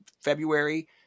February